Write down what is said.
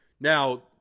Now